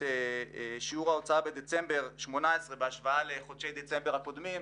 שיעור ההוצאה בדצמבר 2018 בהשוואה לחודשי דצמבר הקודמים,